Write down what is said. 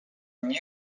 new